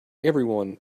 everyone